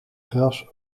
gras